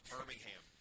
Birmingham